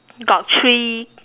got three